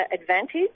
advantage